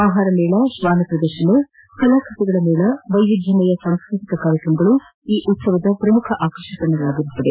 ಆಹಾರ ಮೇಳ ಶ್ವಾನ ಪ್ರದರ್ಶನ ಕಲಾಕೃತಿಗಳ ಮೇಳ ವೈವಿಧ್ಯಮಯ ಸಾಂಸ್ಕೃತಿಕ ಕಾರ್ಯಕ್ರಮಗಳು ಈ ಉತ್ಸವದ ಆಕರ್ಷಣೆಗಳಾಗಿವೆ